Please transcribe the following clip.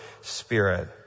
spirit